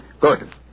Good